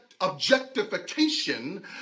objectification